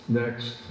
next